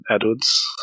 Edwards